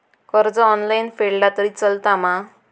कर्ज ऑनलाइन फेडला तरी चलता मा?